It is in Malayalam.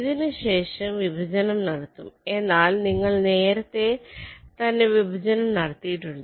ഇതിനുശേഷംവിഭജനം നടത്തും എന്നാൽ നിങ്ങൾ നേരത്തെ തന്നെ വിഭജനം നടത്തിയിട്ടുണ്ട്